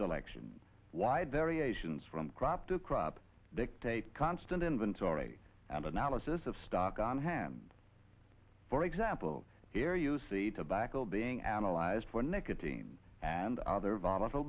selection wide variations from crop to crop dictate constant inventory and analysis of stock on hand for example here you see tobacco being analyzed for nicotine and other volatile